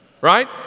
right